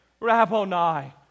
Rabboni